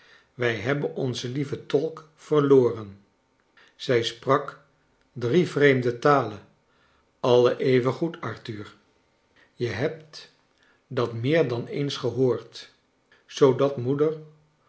wij hebben onze lieve tolk verloren zij sprak drie vreemde talen alle even goed arthur je hebt dat meer dan eens gehoord zoodat mceder